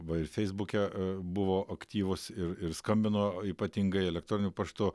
va ir feisbuke buvo aktyvūs ir ir skambino ypatingai elektroniniu paštu